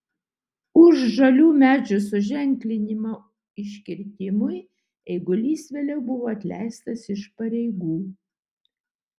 už žalių medžių suženklinimą iškirtimui eigulys vėliau buvo atleistas iš pareigų